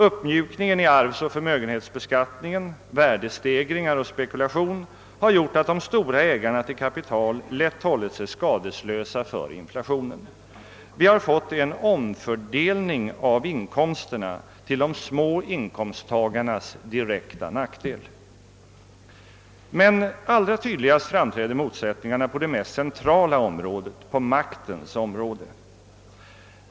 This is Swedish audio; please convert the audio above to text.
Uppmjukningen i arvsoch familjebeskattningen, <värdestegringar och spekulation har gjort att de stora ägarna av kapital lätt hållit sig skadeslösa för inflationen. Vi har fått en omfördelning av inkomsterna till de små inkomsttagarnas direkta nackdel. Allra tydligast framträder emellertid motsättningarna på det mest centrala området — på maktens område.